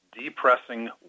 depressing